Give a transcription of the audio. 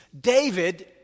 David